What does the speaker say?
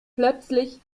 plötzlich